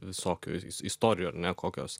visokių istorijų ar ne kokios